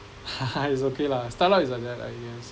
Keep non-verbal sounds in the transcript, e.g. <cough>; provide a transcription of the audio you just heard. <laughs> it's okay lah startup is like that lah I guess